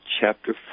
chapter